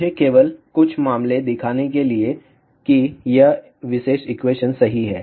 मुझे केवल कुछ मामले दिखाने के लिए कि यह विशेष एक्वेशन सही है